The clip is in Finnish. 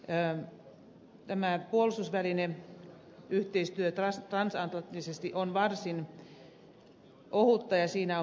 jään tänne puolustusvälinen yhteistyö taas tämä transatlanttinen puolustusvälineyhteistyö on varsin ohutta ja siinä on parantamisen varaa